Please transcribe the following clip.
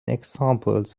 examples